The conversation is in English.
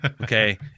Okay